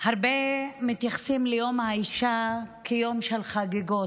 הרבה מתייחסים ליום האישה כיום של חגיגות.